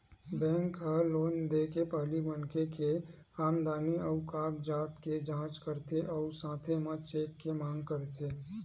bank ह loan दे के पहिली मनखे के आमदनी अउ कागजात के जाँच करथे अउ साथे म चेक के मांग करथे